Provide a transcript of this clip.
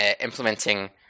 implementing